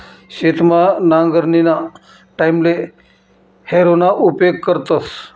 शेतमा नांगरणीना टाईमले हॅरोना उपेग करतस